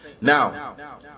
Now